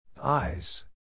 Eyes